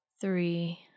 three